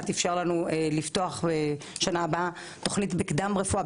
לתכנון ותקצוב אפשרו לנו לפתוח בשנה הבאה תוכנית בקדם רפואה,